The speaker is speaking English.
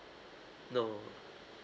no